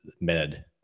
med